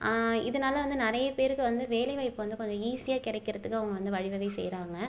இதனால வந்து நிறைய பேருக்கு வந்து வேலைவாய்ப்பு வந்து கொஞ்சம் ஈசியாக கிடைக்கிறதுக்கு அவங்க வழிவகை செய்கிறாங்க